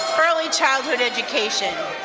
early childhood education.